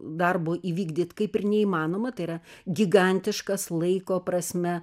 darbo įvykdyt kaip ir neįmanoma tai yra gigantiškas laiko prasme